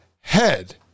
head